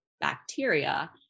bacteria